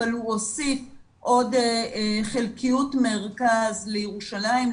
אבל הוא הוסיף עוד חלקיות מרכז לירושלים,